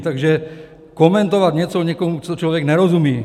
Takže komentovat něco někomu, co člověk nerozumí...